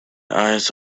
eyes